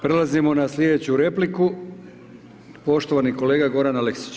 Prelazimo na sljedeću repliku, poštovani kolega Goran Aleksić.